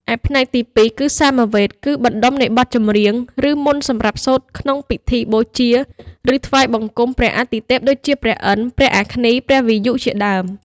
ឯផ្នែកទី២ គឺសាមវេទ ជាបណ្ដុំនៃបទចម្រៀង ឬមន្តសម្រាប់សូត្រក្នុងពិធីបូជា ឬថ្វាយបង្គំចំពោះអាទិទេព ដូចជា ព្រះឥន្ទ្រ ព្រះអគ្នី និងព្រះវាយុ ជាដើម។